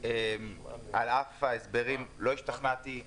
על אף ההסברים, לא השתכנעתי.